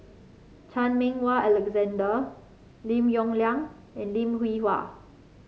Chan Meng Wah Alexander Lim Yong Liang and Lim Hwee Hua